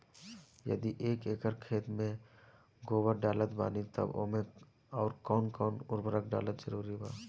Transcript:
यदि एक एकर खेत मे गोबर डालत बानी तब ओमे आउर् कौन कौन उर्वरक डालल जरूरी बा?